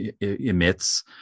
emits